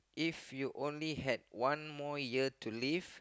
if you only had one more year to live